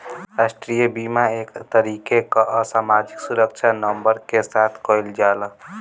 राष्ट्रीय बीमा एक तरीके कअ सामाजिक सुरक्षा नंबर के साथ कइल जाला